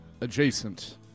adjacent